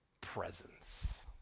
presence